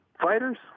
Fighters